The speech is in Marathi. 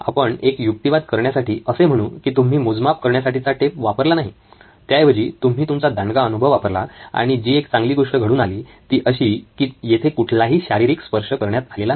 आपण एक युक्तिवाद करण्यासाठी असे म्हणू की तुम्ही मोजमाप करण्यासाठीचा टेप वापरला नाही त्याऐवजी तुम्ही तुमचा दांडगा अनुभव वापरला आणि जी एक चांगली गोष्ट घडून आली ती अशी की येथे कुठलाही शारीरिक स्पर्श करण्यात आलेला नाही